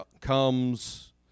comes